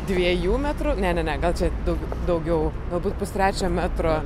dviejų metrų ne ne ne gal čia daug daugiau galbūt pustrečio metro